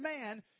man